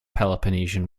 peloponnesian